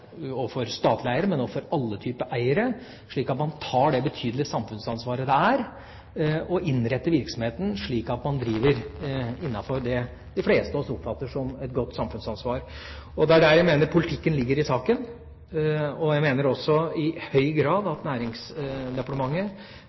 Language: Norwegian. men overfor alle typer eiere, slik at man tar det betydelige samfunnsansvaret det er å innrette virksomheten slik at man driver innenfor det de fleste av oss oppfatter som et godt samfunnsansvar? Det er der jeg mener politikken i saken ligger. Jeg mener også i høy grad at